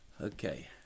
Okay